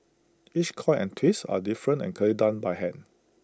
each coil and twist are different and clearly done by hand